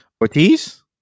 Ortiz